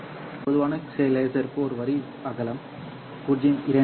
ஒரு பொதுவான லேசருக்கு ஒரு வரி அகலம் 0